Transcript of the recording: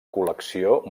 col·lecció